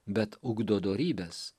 bet ugdo dorybes